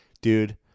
dude